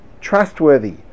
trustworthy